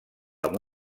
amb